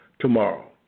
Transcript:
tomorrow